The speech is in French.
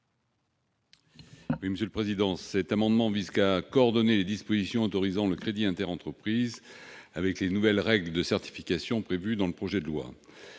à M. Jean-Marc Gabouty. Cet amendement vise à coordonner les dispositions autorisant le crédit inter-entreprises avec les nouvelles règles de certification prévues dans le projet de loi.